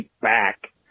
back